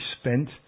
spent